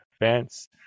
events